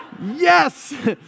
Yes